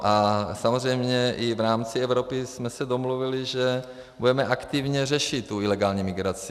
A samozřejmě i v rámci Evropy jsme se domluvili, že budeme aktivně řešit ilegální migraci.